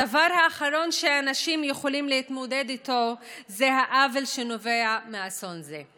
הדבר האחרון שאנשים יכולים להתמודד איתו זה העוול שנובע מאסון זה.